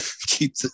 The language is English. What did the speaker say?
Keep